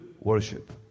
worship